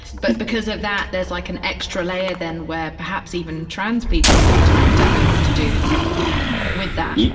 but because of that, there's like an extra layer then where perhaps even trans people sometimes don't know what to do with that yes.